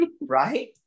right